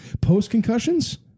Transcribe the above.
Post-concussions